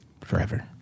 Forever